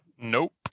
Nope